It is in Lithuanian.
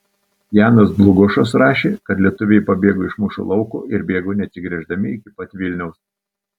janas dlugošas rašė kad lietuviai pabėgo iš mūšio lauko ir bėgo neatsigręždami iki pat vilniaus